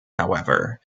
however